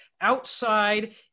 outside